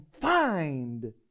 find